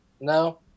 No